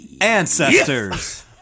Ancestors